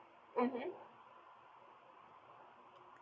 mmhmm